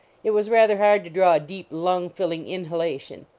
it was rather hard to draw a deep, lung-filling inhalation.